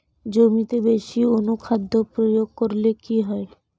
জমিতে বেশি অনুখাদ্য প্রয়োগ করলে কি হয়?